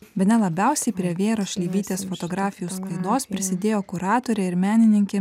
bene labiausiai prie vėros šleivytės fotografijų sklaidos prisidėjo kuratorė ir menininkė